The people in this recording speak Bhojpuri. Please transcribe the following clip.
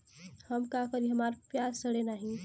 हम का करी हमार प्याज सड़ें नाही?